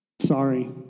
Sorry